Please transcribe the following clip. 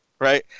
right